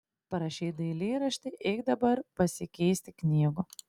parašei dailyraštį eik dabar pasikeisti knygų